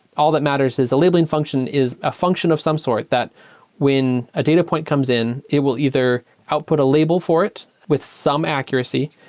all that matters is the labeling function is a function of some sort that when a data point comes in, it will either output a label for it with some accuracy,